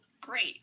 great